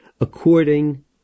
according